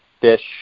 fish